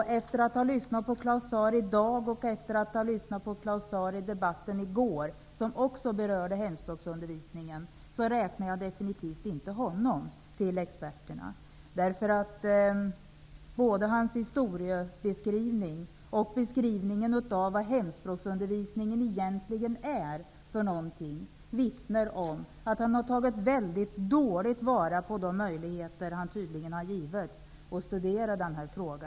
Efter att ha lyssnat på Claus Zaar i dag och i debatten i går, som också berörde hemspråksundervisningen, räknar jag definitvt inte honom till experterna. Både hans historieskrivning och beskrivningen av vad hemspråksundervisningen egentligen är för något vittnar om att han har tagit dåligt till vara de möjligheter han har givits att studera denna fråga.